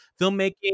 filmmaking